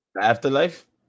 afterlife